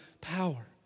power